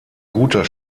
guter